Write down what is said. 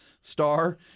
star